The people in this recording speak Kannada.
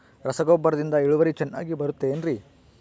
ರಸಗೊಬ್ಬರದಿಂದ ಇಳುವರಿ ಚೆನ್ನಾಗಿ ಬರುತ್ತೆ ಏನ್ರಿ?